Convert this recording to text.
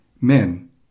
Men